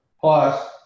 plus